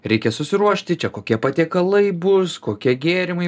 reikia susiruošti čia kokie patiekalai bus kokie gėrimai